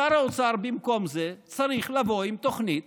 שר האוצר במקום זה צריך לבוא עם תוכנית